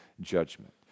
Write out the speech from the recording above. judgment